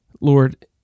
Lord